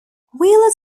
wheeler